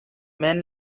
men